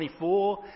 24